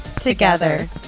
together